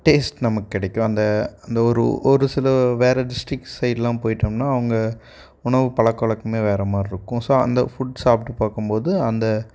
taste நமக்கு கிடைக்கும் அந்த அந்த ஒரு ஒரு சில வேறு டிஸ்ட்ரிக் சைடைலாம் போய்விட்டோம்னா அவங்க உணவு பழக்க வழக்கமே வேறு மாதிரி இருக்கும் ஸோ அந்த ஃபுட் சாப்பிட்டு பார்க்கும்போது அந்த